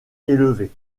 élevée